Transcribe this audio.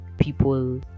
people